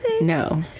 No